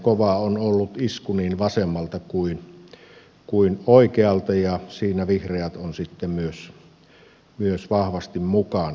kovaa on ollut isku niin vasemmalta kuin oikealta ja siinä vihreät ovat sitten myös vahvasti mukana